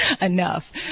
enough